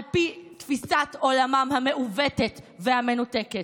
על פי תפיסת עולמם המעוותת והמנותקת.